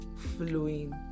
flowing